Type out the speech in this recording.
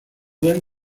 duen